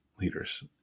leaders